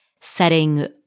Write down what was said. setting